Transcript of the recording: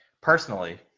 Personally